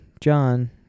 John